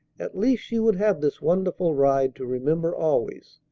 at least she would have this wonderful ride to remember always,